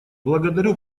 благодарю